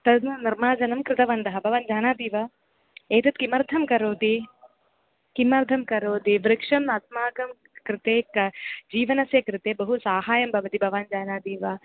तद् निर्माणं कृतवन्तः भवान् जानाति वा एतत् किमर्थं करोति किमर्थं करोति वृक्षम् अस्माकं कृते क जीवनस्य कृते बहु सहायं भवति भवान् जानाति वा